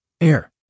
Air